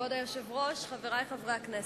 כבוד היושב-ראש, חברי חברי הכנסת,